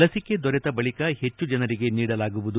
ಲಸಿಕೆ ದೊರೆತ ಬಳಿಕ ಹೆಚ್ಚು ಜನರಿಗೆ ನೀಡಲಾಗುವುದು